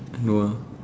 no ah